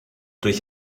durch